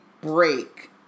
break